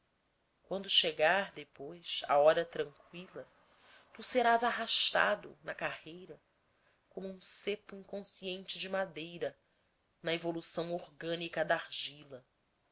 quando chegar depois a hora tranqüila tu serás arrastado na carreira como um cepo inconsciente de madeira na evolução orgânica da argila